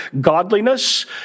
godliness